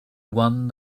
one